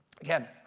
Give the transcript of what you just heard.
Again